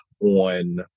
on